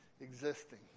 existing